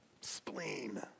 spleen